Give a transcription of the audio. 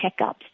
checkups